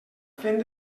fent